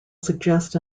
suggest